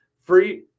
Free